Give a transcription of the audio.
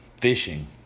fishing